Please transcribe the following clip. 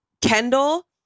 Kendall